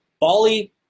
Bali